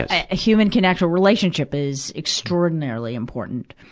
ah human connection relationship is extraordinarily important.